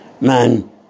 Man